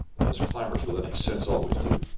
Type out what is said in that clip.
as climbers with any sense always do.